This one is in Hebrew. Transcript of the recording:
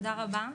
תודה רבה.